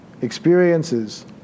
experiences